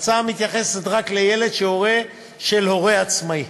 ההצעה מתייחסת רק לילד של הורה עצמאי.